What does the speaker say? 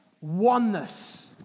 oneness